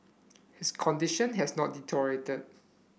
his condition has not deteriorated